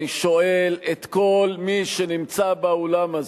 אני שואל את כל מי שנמצא באולם הזה,